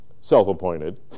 self-appointed